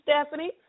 Stephanie